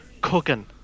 Cooking